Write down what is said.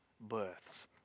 births